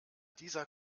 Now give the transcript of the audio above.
dieser